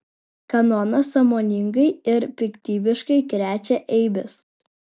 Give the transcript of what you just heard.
kanonas sąmoningai ir piktybiškai krečia eibes